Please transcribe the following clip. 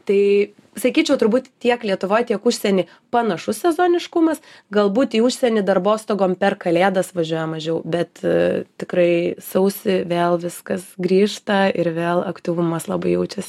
tai pasakyčiau turbūt tiek lietuvoj tiek užsieny panašus sezoniškumas galbūt į užsienį darbostogom per kalėdas važiuoja mažiau bet tikrai sausį vėl viskas grįžta ir vėl aktyvumas labai jaučiasi